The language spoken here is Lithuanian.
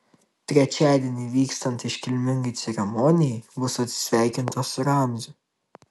trečiadienį vykstant iškilmingai ceremonijai bus atsisveikinta su ramziu